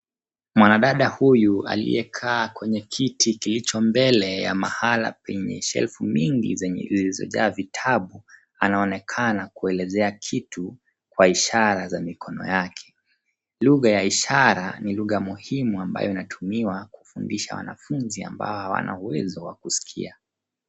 Mwanadada huyu aliyekaa kwenye kiti kilicho mbele ya nakala kwenye shelfu nyingi zilizojaa vitabu anaonekana kuelezea kitu kwa ishara za mikono yake. Lugha ya ishara ni lugha mihimu ambayo inatmiwa kufundisha wanafunzi ambao hawana uwezo wa kusikia.